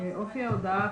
אופי ההודעה,